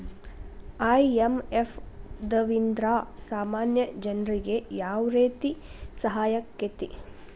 IMF ದವ್ರಿಂದಾ ಸಾಮಾನ್ಯ ಜನ್ರಿಗೆ ಯಾವ್ರೇತಿ ಸಹಾಯಾಕ್ಕತಿ?